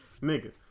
Nigga